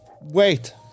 wait